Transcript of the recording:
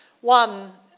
One